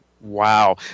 Wow